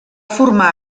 formar